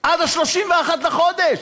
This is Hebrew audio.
עד 31 לחודש,